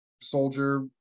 soldier